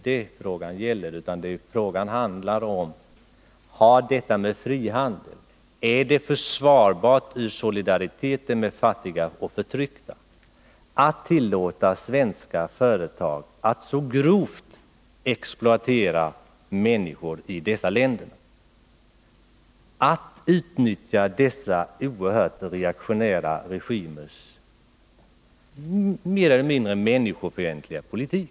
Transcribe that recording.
Den fråga det här gäller är ju denna: Är det försvarbart med tanke på solidariteten med fattiga och förtryckta att tillåta svenska företag att så grovt exploatera människor i dessa länder, att utnyttja oerhört reaktionära regimers mer eller mindre människofientliga politik?